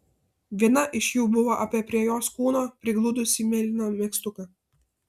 viena iš jų buvo apie prie jos kūno prigludusį mėlyną megztuką